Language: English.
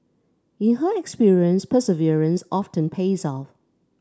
in her experience perseverance often pays off